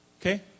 Okay